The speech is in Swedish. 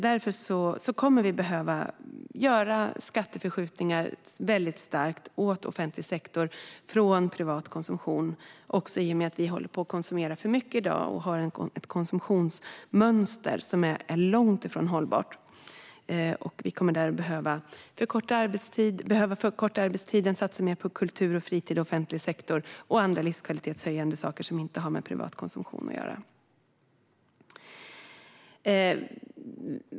Därför kommer vi att behöva göra starka skatteförskjutningar från privat konsumtion till offentlig sektor, också i och med att vi konsumerar för mycket i dag och har ett konsumtionsmönster som är långt ifrån hållbart. Vi kommer därför att behöva förkorta arbetstiden, satsa mer på kultur och fritid, offentlig sektor och andra livskvalitetshöjande saker som inte har med privat konsumtion att göra.